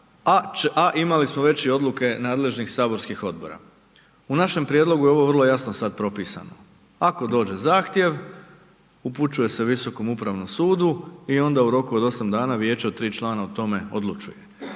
a imali smo već i odluke nadležnim saborskim odbora. U našem prijedlogu je ovo vrlo jasno sad propisano. Ako dođe zahtjev, upućuje se Visokom upravnom sudu i onda u roku od 8 dana vijeće od 3 člana o tome odlučuje.